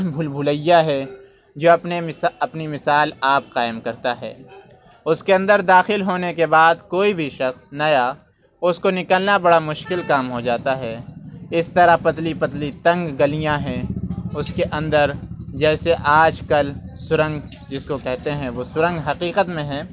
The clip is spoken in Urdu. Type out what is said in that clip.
بھول بھلیا ہے جو اپنے مثا اپنی مثال آپ قائم کرتا ہے اس کے اندر داخل ہونے کے بعد کوئی بھی شخص نیا اس کو نکلنا بڑا مشکل کام ہو جاتا ہے اس طرح پتلی پتلی تنگ گلیاں ہیں اس کے اندر جیسے آج کل سرنگ جس کو کہتے ہیں وہ سرنگ حقیقت میں ہیں